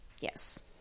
Yes